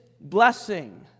blessing